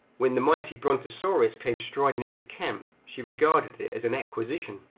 when the mighty brontosaurus came striding into camp, she regarded it as an acquisition,